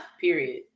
period